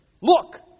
Look